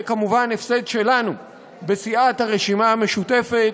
זה כמובן הפסד שלנו בסיעת הרשימה המשותפת,